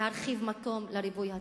להרחיב מקום לריבוי הטבעי.